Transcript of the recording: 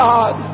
God